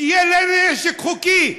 שיהיה לי נשק חוקי.